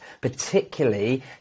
particularly